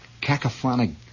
cacophonic